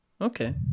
Okay